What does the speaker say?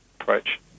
approach